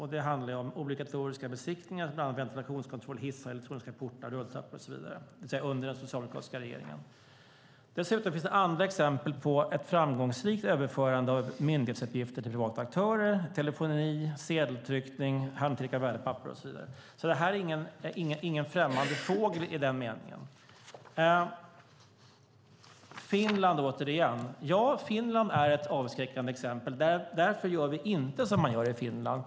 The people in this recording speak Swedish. Det handlade om obligatoriska besiktningar av bland annat ventilationskontroll, hissar, elektroniska portar och rulltrappor. Detta skedde alltså under den socialdemokratiska regeringens tid. Dessutom finns det andra exempel på framgångsrikt överförande av myndighetsuppgifter till privata aktörer: telefoni, sedeltryckning, handtryck av värdepapper och så vidare. Detta är alltså ingen främmande fågel i den meningen. Vi återkommer till Finland. Finland är ett avskräckande exempel. Därför gör vi inte som man gör i Finland.